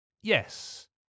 Yes